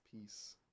Peace